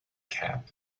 cap